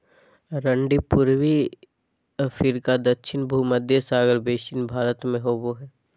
अरंडी पूर्वी अफ्रीका दक्षिण भुमध्य सागर बेसिन भारत में होबो हइ